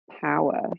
power